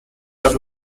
are